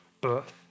birth